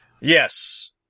Yes